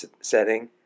setting